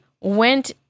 went